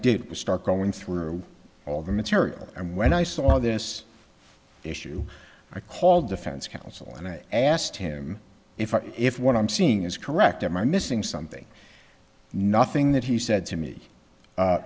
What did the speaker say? was start going through all the material and when i saw this issue i called defense counsel and i asked him if if what i'm seeing is correct am i missing something nothing that he said to me